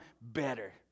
better